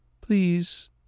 please